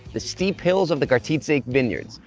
the steep hills of the cartizze vineyards,